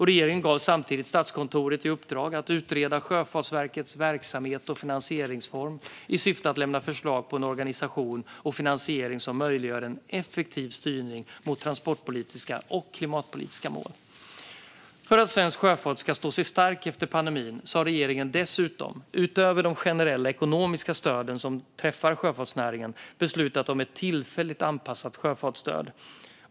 Regeringen gav samtidigt Statskontoret i uppdrag att utreda Sjöfartsverkets verksamhets och finansieringsform i syfte att lämna förslag på en organisation och finansiering som möjliggör en effektiv styrning mot transportpolitiska och klimatpolitiska mål. För att svensk sjöfart ska stå stark efter pandemin har regeringen dessutom, utöver de generella ekonomiska stöden som träffar sjöfartsnäringen, beslutat om ett tillfälligt anpassat sjöfartsstöd.